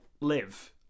live